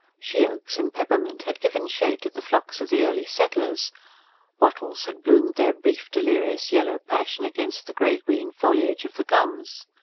she-oaks and peppermint had given shade to the flocks of the early settlers wattles had bloomed their brief delirious yellow passion against the grey-green foliage of the gums.